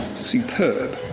superb.